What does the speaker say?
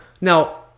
Now